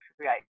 create